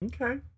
Okay